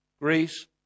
Greece